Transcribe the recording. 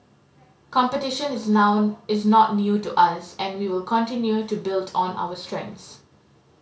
competition is is not new to us and we will continue to build on our strengths